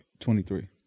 23